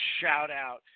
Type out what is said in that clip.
shout-out